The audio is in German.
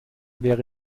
wäre